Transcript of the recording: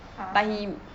(uh huh)